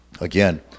Again